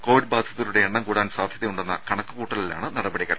Covid ബാധിതരുടെ എണ്ണം കൂടാൻ സാധ്യതയുണ്ടെന്ന കണക്കുകൂട്ടലിലാണ് നടപടികൾ